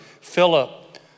Philip